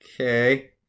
Okay